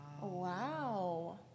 Wow